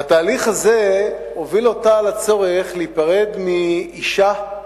והתהליך הזה הוביל אותה לצורך להיפרד מאישה,